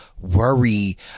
worry